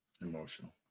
emotional